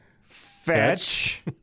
fetch